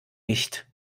nicht